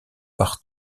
par